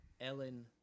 Ellen